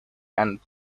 and